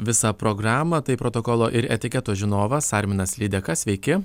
visą programą tai protokolo ir etiketo žinovas arminas lydeka sveiki